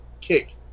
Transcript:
kick